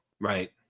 Right